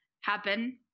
happen